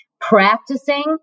Practicing